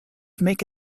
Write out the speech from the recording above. make